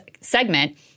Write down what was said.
segment